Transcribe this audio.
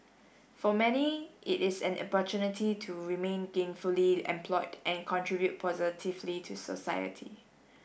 for many it is an opportunity to remain gainfully employed and contribute positively to society